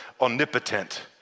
omnipotent